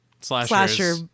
slasher